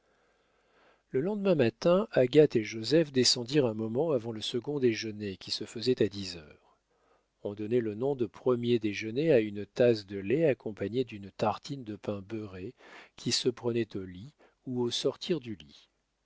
le lendemain matin agathe et joseph descendirent un moment avant le second déjeuner qui se faisait à dix heures on donnait le nom de premier déjeuner à une tasse de lait accompagnée d'une tartine de pain beurrée qui se prenait au lit ou au sortir du lit